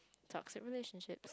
toxic relationship